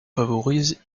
favorisent